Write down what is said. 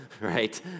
right